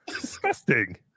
disgusting